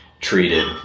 treated